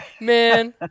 Man